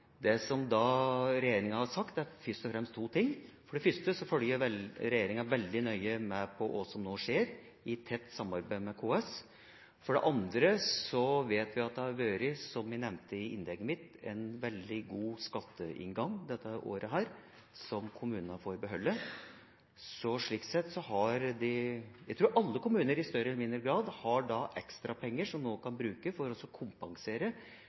Det regjeringa da har sagt, er først og fremst to ting. For det første følger regjeringa veldig nøye med på hva som nå skjer, i tett samarbeid med KS. For det andre vet vi at det har vært, som jeg nevnte i innlegget mitt, en veldig god skatteinngang dette året, som kommunene får beholde. Slik sett tror jeg alle kommuner i større eller mindre grad har ekstra penger som de nå kan bruke for å kompensere